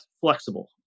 flexible